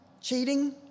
cheating